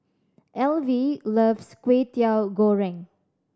Elvie loves Kway Teow Goreng